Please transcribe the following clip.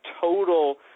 total